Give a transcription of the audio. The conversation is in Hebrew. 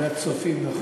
והצופים, נכון.